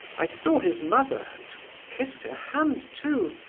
i saw his mother and kissed her hand, too.